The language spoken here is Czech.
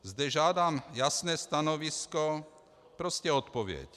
Zde žádám jasné stanovisko, prostě odpověď.